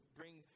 bring